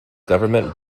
government